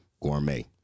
Gourmet